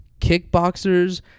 kickboxers